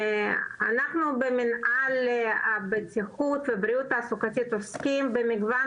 אנחנו במנהל הבטיחות ובריאות תעסוקתית עוסקים במגוון